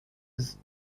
his